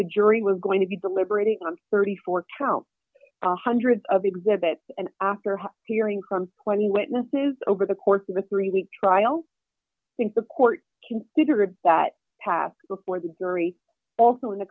the jury was going to be deliberating on thirty four counts hundreds of exhibits and after hearing from plenty of witnesses over the course of a three week trial i think the court considered that path before the jury also in the